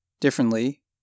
Differently